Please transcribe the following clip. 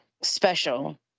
special